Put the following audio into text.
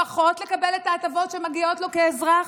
וראוי פחות לקבל את ההטבות שמגיעות לו כאזרח?